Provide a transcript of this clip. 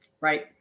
Right